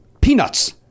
Peanuts